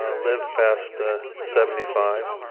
ah live past ah seventy five.